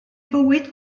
fywyd